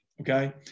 okay